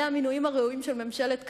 אלה המינויים הראויים של ממשלת קדימה,